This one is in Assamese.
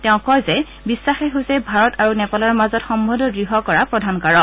তেওঁ কয় যে বিখাসে হৈছে ভাৰত আৰু নেপালৰ মাজত সম্বন্ধ দ্ঢ় কৰা প্ৰধান কাৰক